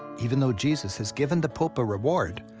even though jesus has given the pope a reward,